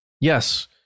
yes